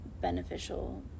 beneficial